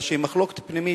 אלא שמחלוקת פנימית,